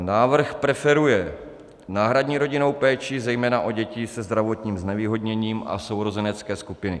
Návrh preferuje náhradní rodinnou péči zejména o děti se zdravotním znevýhodněním a sourozenecké skupiny.